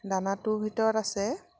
দানাটোৰ ভিতৰত আছে